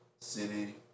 City